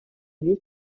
ville